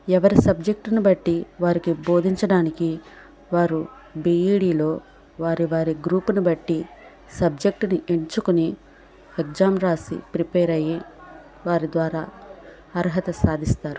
ఎవరి సబ్జెక్ట్ను బట్టి వారికి బోధించడానికి వారు బీఈడీలో వారి వారి గ్రూపును బట్టి సబ్జెక్టుని ఎంచుకొని ఎగ్జామ్ రాసి ప్రిపేర్ అయ్యి వారి ద్వారా అర్హత సాధిస్తారు